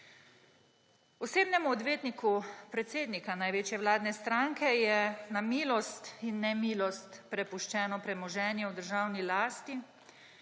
Osebnemu odvetniku predsednika največje vladen stranke je na milost in nemilost prepuščeno premoženje v državni lasti,